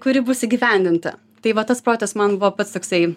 kuri bus įgyvendinta tai va tas projektas man buvo pats toksai